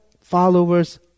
followers